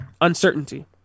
uncertainty